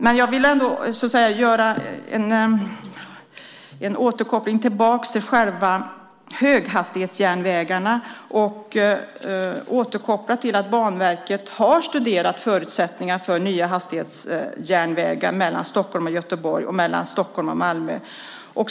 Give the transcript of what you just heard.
Men jag vill ändå göra en återkoppling till höghastighetsjärnvägar och säga att Banverket har studerat förutsättningarna för nya höghastighetsjärnvägar mellan Stockholm och Göteborg och mellan Stockholm och Malmö.